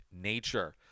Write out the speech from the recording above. nature